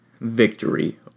victory